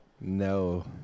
no